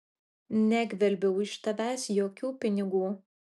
negvelbiau iš tavęs jokių pinigų